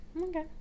okay